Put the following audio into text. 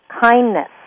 kindness